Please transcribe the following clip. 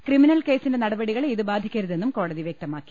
criminal കേസിന്റെ നടപടികളെ ഇതു ബാധിക്കരുതെന്നും കോടതി വൃക്തമാക്കി